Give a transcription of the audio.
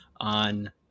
on